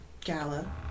gala